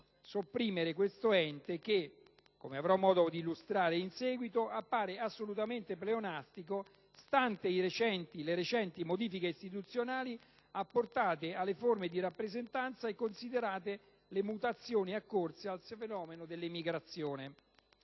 sopprimere questo ente che, come avrò modo di illustrare in seguito, appare assolutamente pleonastico, stante le recenti modifiche istituzionali apportate alle forme di rappresentanze e considerate le mutazioni occorse al fenomeno dell'emigrazione.